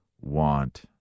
want